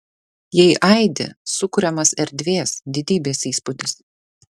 jei aidi sukuriamas erdvės didybės įspūdis